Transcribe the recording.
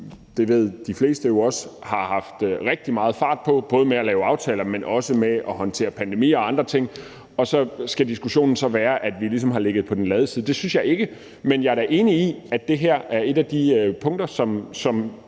det ved de fleste jo også – har haft rigtig meget fart på, både med at lave aftaler, men også med at håndtere pandemien og andre ting. Og så skal diskussionen gå ud på, at vi ligesom har ligget på den lade side. Det synes jeg ikke. Men jeg er da enig i, at det her er et af de punkter, som